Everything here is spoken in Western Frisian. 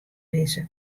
lizze